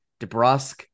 DeBrusque